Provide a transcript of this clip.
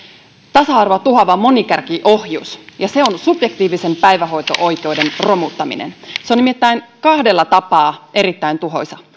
tasa arvoa tuhoava monikärkiohjus ja se on subjektiivisen päivähoito oikeuden romuttaminen se on nimittäin kahdella tapaa erittäin tuhoisa